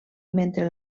mentre